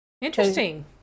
Interesting